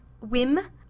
Whim